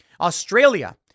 Australia